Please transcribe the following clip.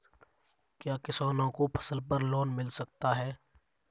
क्या किसानों को फसल पर लोन मिल सकता है?